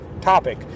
topic